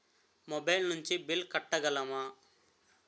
Mobile నుంచి bill కట్టగలమ?